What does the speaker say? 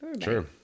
Sure